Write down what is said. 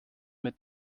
mit